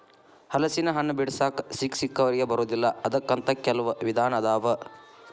ಹಲಸಿನಹಣ್ಣ ಬಿಡಿಸಾಕ ಸಿಕ್ಕಸಿಕ್ಕವರಿಗೆ ಬರುದಿಲ್ಲಾ ಅದಕ್ಕ ಅಂತ ಕೆಲ್ವ ವಿಧಾನ ಅದಾವ